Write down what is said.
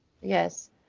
yes